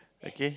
okay